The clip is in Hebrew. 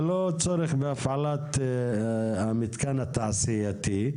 ללא צורך בהפעלת המתקן התעשייתי,